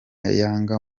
yanga